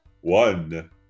One